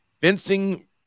fencing